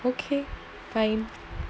okay fine